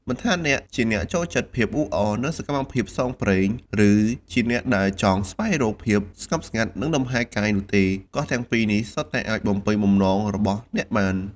មិនថាអ្នកជាអ្នកចូលចិត្តភាពអ៊ូអរ និងសកម្មភាពផ្សងព្រេង ឬជាអ្នកដែលចង់ស្វែងរកភាពស្ងប់ស្ងាត់ និងលំហែរកាយនោះទេ កោះទាំងពីរនេះសុទ្ធតែអាចបំពេញបំណងរបស់អ្នកបាន។